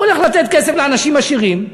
הוא הולך לתת כסף לאנשים עשירים,